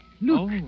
Look